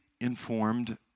informed